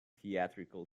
theatrical